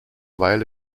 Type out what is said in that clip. weile